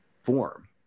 form